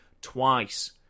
twice